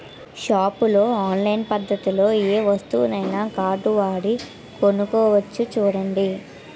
షాపుల్లో ఆన్లైన్ పద్దతిలో ఏ వస్తువునైనా కార్డువాడి కొనుక్కోవచ్చు చూడండి